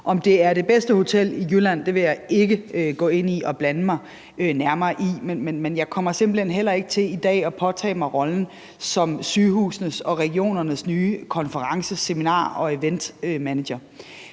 Om det er det bedste hotel i Jylland, vil jeg ikke gå ind og blande mig nærmere i, men jeg kommer simpelt hen heller ikke til i dag at påtage mig rollen som sygehusenes og regionernes nye konference-, seminar- og eventmanager.